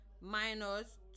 minus